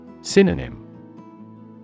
Synonym